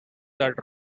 that